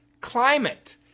Climate